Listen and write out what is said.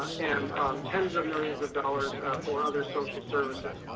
and um tens of millions of dollars for other social services.